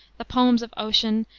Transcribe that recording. the poems of ossian,